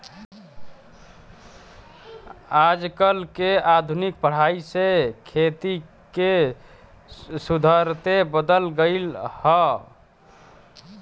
आजकल के आधुनिक पढ़ाई से खेती के सुउरते बदल गएल ह